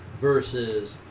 versus